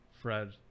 Fred